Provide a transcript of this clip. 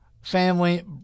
family